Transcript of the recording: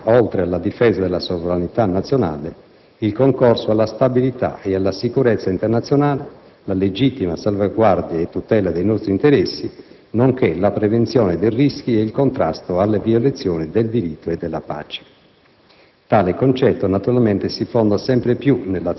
La tutela della sicurezza nazionale contempla, oltre alla difesa della sovranità nazionale, il concorso alla stabilità e alla sicurezza internazionale, la legittima salvaguardia e la tutela dei nostri interessi nonché la prevenzione dei rischi e il contrasto alle violazioni del diritto e della pace.